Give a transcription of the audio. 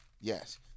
Yes